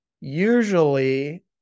Usually